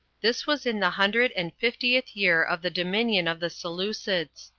this was in the hundred and fiftieth year of the dominion of the seleucidse.